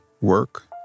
work